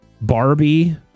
Barbie